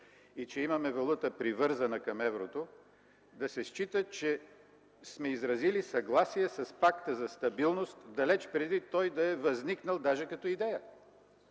и че имаме валута, привързана към еврото, да се счита, че сме изразили съгласие с Пакта за стабилност, далеч преди той да е възникнал даже като идея?